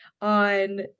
on